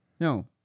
No